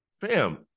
Fam